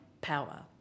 power